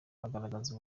bagaragaza